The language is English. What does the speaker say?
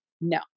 No